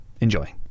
Enjoy